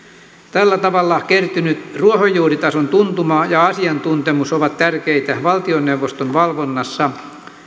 tällä tavalla kertynyt ruohonjuuritason tuntuma ja asiantuntemus ovat tärkeitä valtioneuvoston valvonnassa